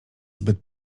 zbyt